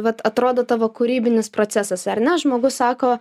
vat atrodo tavo kūrybinis procesas ar ne žmogus sako